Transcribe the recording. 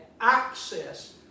access